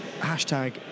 hashtag